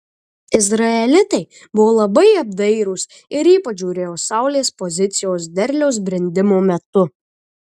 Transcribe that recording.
izraelitai buvo labai apdairūs ir ypač žiūrėjo saulės pozicijos derliaus brendimo metu